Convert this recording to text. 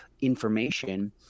information